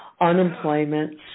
unemployment